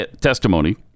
testimony